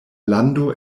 lando